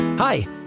Hi